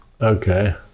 Okay